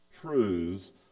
truths